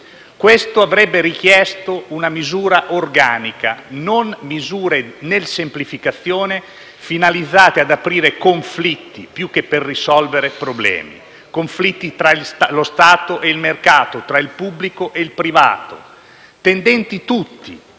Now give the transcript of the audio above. Questo avrebbe richiesto una misura organica e non misure, come quelle contenute nel decreto semplificazione, finalizzate ad aprire conflitti più che a risolvere problemi: conflitti tra lo Stato e il mercato o tra il pubblico e il privato, tendenti tutti,